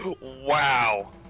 wow